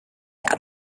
had